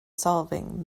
solving